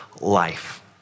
life